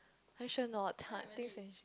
are you sure or not time things may change